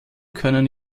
können